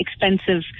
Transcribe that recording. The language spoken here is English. expensive